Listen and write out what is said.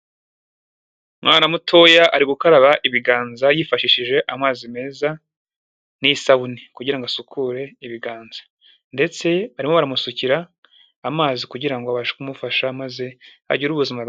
Umwana mutoya ari gukaraba ibiganza yifashishije amazi meza n'isabune, kugira ngo asukure ibiganza ndetse barimo baramusukira amazi kugira ngo abashe kumufasha, maze agire ubuzima bwiza.